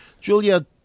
Julia